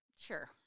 Sure